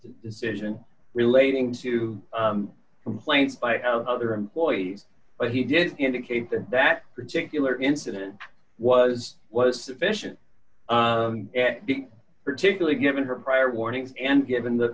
decision relating to complaints by other employees but he did indicate that that particular incident was was sufficient particularly given her prior warning and given the